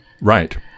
Right